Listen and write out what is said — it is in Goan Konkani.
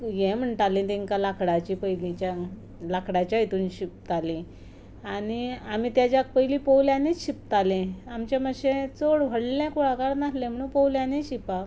हें म्हणटालीं तेंकां लाकडाचीं पयलींच्यांक लाकडाचे हितून शिंपतालीं आनी आमी तेज्या पयलीं पोवल्यांनीच शिंपतालीं आमचें मातशें चड व्हडलें कुळागर नासलें म्हणून पोवल्यांनी शिंपप